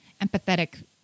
empathetic